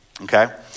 okay